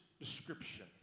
description